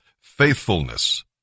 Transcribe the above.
faithfulness